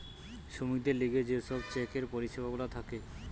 শ্রমিকদের লিগে যে সব চেকের পরিষেবা গুলা থাকে